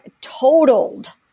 totaled